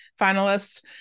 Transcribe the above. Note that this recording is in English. finalists